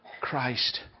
Christ